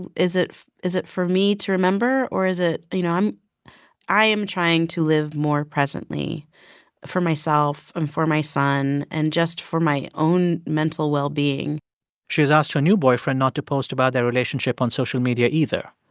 and is it is it for me to remember, or is it you know, i'm i am trying to live more presently for myself and for my son and just for my own mental well-being she's asked her new boyfriend not to post about their relationship on social media, either.